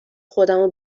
خودمو